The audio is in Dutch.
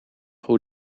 hoe